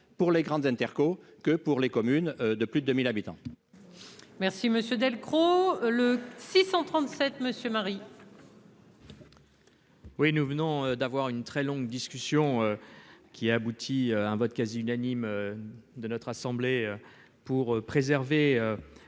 pour les grandes Interco que pour les communes de plus de 2000 habitants. Merci monsieur Delcros 637 monsieur Marie. Oui, nous venons d'avoir une très longue discussion qui a abouti, un vote quasi-unanime de notre assemblée pour préserver